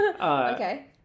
Okay